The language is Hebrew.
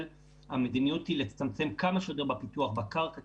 יודע שהמדיניות היא לצמצם כמה שיותר בפיתוח בקרקע,